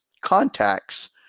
contacts